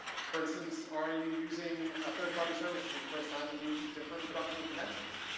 for instance, are you using a third party service for the first time that needs different production credentials?